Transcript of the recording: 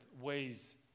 ways